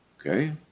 Okay